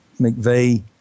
McVeigh